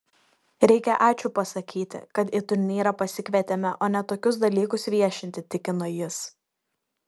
reikia ačiū pasakyti kad į turnyrą pasikvietėme o ne tokius dalykus viešinti tikino jis